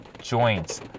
joints